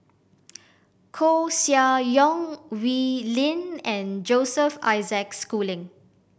Koeh Sia Yong Wee Lin and Joseph Isaac Schooling